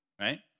right